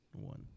one